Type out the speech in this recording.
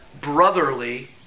Brotherly